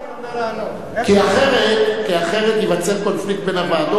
כי אחרת ייווצר קונפליקט בין הוועדות,